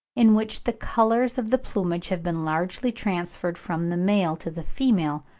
in which the colours of the plumage have been largely transferred from the male to the female,